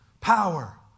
power